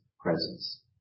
presence